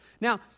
Now